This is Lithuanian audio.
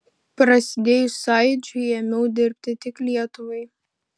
prasidėjus sąjūdžiui ėmiau dirbti tik lietuvai